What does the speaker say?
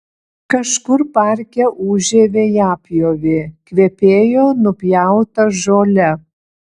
kažkur parke ūžė vejapjovė kvepėjo nupjauta žole